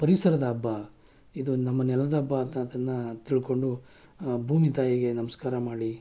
ಪರಿಸರದ ಹಬ್ಬ ಇದು ನಮ್ಮ ನೆಲದ ಹಬ್ಬ ಅಂತ ಅದನ್ನು ತಿಳ್ಕೊಂಡು ಭೂಮಿ ತಾಯಿಗೆ ನಮಸ್ಕಾರ ಮಾಡಿ